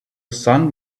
son